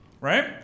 Right